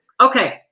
Okay